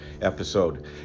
episode